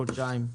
חודשיים.